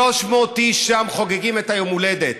300 איש שם חוגגים את יום ההולדת,